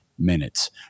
minutes